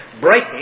breaking